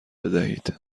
بدهید